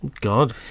God